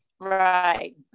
Right